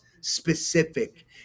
specific